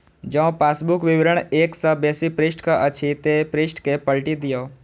जौं पासबुक विवरण एक सं बेसी पृष्ठक अछि, ते पृष्ठ कें पलटि दियौ